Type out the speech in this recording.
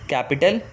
Capital